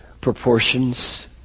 proportions